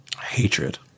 hatred